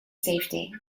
safety